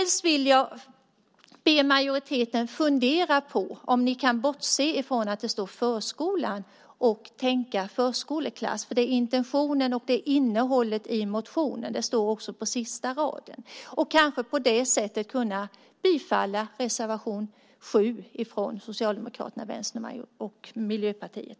Jag vill därför be majoriteten fundera på om de kan bortse från att det står "förskola" och i stället tänka "förskoleklass", för det är intentionen och innehållet i motionen - det sägs också på sista raden - och därmed kanske kunna bifalla reservation 7 från Socialdemokraterna, Vänsterpartiet och Miljöpartiet.